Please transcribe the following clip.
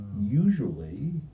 Usually